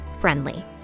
friendly